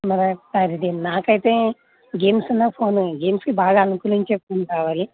మరి ఒకసారి దీ నాకైతే గేమ్స్ ఉన్న ఫోనే గేమ్స్కి బాగా అనుకూలించే ఫోన్ కావాలి